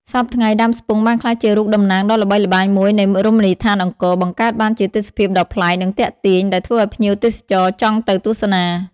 សព្វថ្ងៃ ដើមស្ពង់បានក្លាយជារូបតំណាងដ៏ល្បីល្បាញមួយនៃរមណីយដ្ឋានអង្គរ បង្កើតបានជាទេសភាពដ៏ប្លែក និងទាក់ទាញ ដែលធ្វើឱ្យភ្ញៀវទេសចរចង់ទៅទស្សនា។